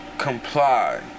Comply